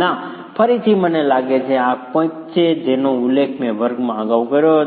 ના ફરીથી મને લાગે છે કે આ કંઈક છે જેનો ઉલ્લેખ મેં વર્ગમાં અગાઉ કર્યો હતો